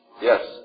Yes